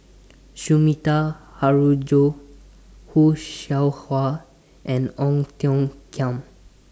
Sumida Haruzo Khoo Seow Hwa and Ong Tiong Khiam